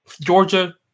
Georgia